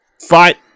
fight